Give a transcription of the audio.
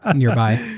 ah nearby.